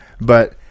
But-